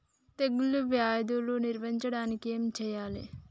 తెగుళ్ళ వ్యాధులు నివారించడానికి ఏం చేయాలి?